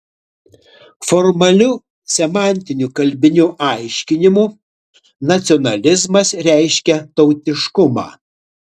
formaliu semantiniu kalbiniu aiškinimu nacionalizmas reiškia tautiškumą